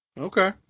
Okay